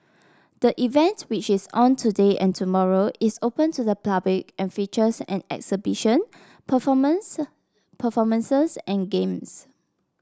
the event which is on today and tomorrow is open to the public and features an exhibition performance performances and games